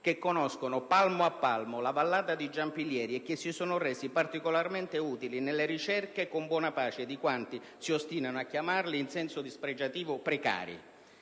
che conoscono palmo a palmo la vallata di Giampilieri e che si sono resi particolarmente utili nelle ricerche, con buona pace di quanti si ostinano a chiamarli in senso dispregiativo precari.